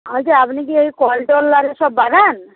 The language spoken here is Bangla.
আচ্ছা আপনি কি ওই কলটল আর ওসব বাঁধান